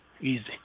Easy